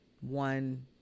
one